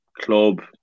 club